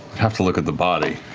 have to look at the body.